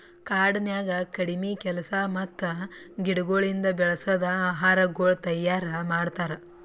ಕಾಡನ್ಯಾಗ ಕಡಿಮಿ ಕೆಲಸ ಮತ್ತ ಗಿಡಗೊಳಿಂದ್ ಬೆಳಸದ್ ಆಹಾರಗೊಳ್ ತೈಯಾರ್ ಮಾಡ್ತಾರ್